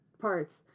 parts